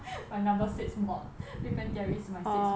my number six mod big bang theory is my sixth mod